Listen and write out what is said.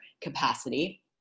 capacity